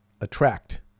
attract